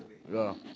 ya